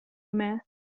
myth